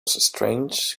strange